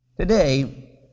Today